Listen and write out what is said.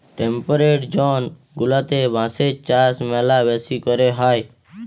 temperate zone গুলাতে বাঁশের চাষ ম্যালা বেশি ক্যরে হ্যয়